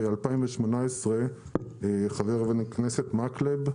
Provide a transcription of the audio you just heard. הינה ב-2018 חבר הכנסת מקלב,